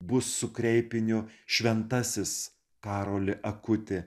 bus su kreipiniu šventasis karoli akuti